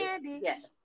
Yes